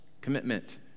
commitment